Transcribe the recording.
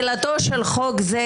"תחילתו של חוק זה,